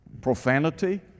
profanity